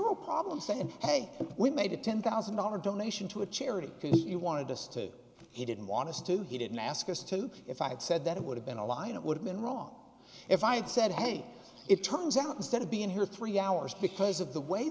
zero problem said hey we made a ten thousand dollar donation to a charity because he wanted us to he didn't want us to he didn't ask us to if i had said that it would have been a lie and it would have been wrong if i had said hey it turns out instead of being here three hours because of the way